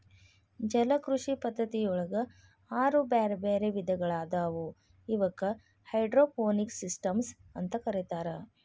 ಜಲಕೃಷಿ ಪದ್ಧತಿಯೊಳಗ ಆರು ಬ್ಯಾರ್ಬ್ಯಾರೇ ವಿಧಗಳಾದವು ಇವಕ್ಕ ಹೈಡ್ರೋಪೋನಿಕ್ಸ್ ಸಿಸ್ಟಮ್ಸ್ ಅಂತ ಕರೇತಾರ